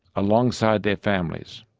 alongside their families.